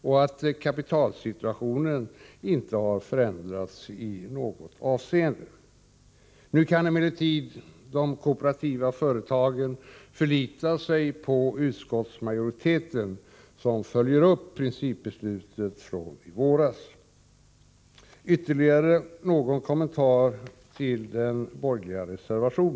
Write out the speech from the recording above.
Inte heller har kapitalsituationen förändrats i något — Nr 51 avseende. Torsdagen den Nu kan emellertid de kooperativa företagen förlita sig på utskottsmajorite = 13 december 1984 ten, som följer upp principbeslutet från i våras. Ytterligare någon kommentar till den borgerliga reservationen.